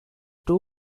two